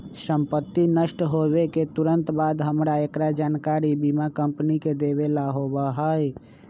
संपत्ति नष्ट होवे के तुरंत बाद हमरा एकरा जानकारी बीमा कंपनी के देवे ला होबा हई